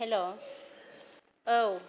हेल' औ